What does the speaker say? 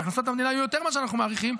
והכנסות המדינה יהיו יותר ממה שאנחנו מעריכים.